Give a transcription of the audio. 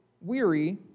weary